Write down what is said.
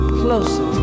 closer